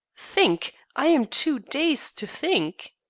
think! i am too dazed to think.